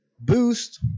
boost